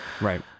Right